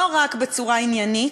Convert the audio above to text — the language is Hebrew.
לא רק בצורה עניינית,